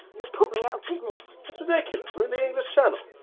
you'll put me out of business! that's ridiculous, we're in the english channel.